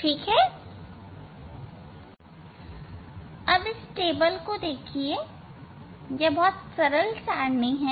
ठीक है यह सारणी बहुत सरल है